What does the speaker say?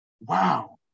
Wow